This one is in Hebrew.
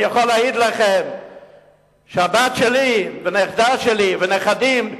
אני יכול להעיד לכם שהבת שלי והנכדה שלי, והנכדים,